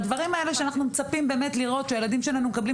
הדברים האלה שאנחנו מצפים לראות שהילדים שלנו מקבלים